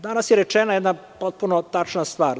Danas je rečena jedna potpuno tačna stvar.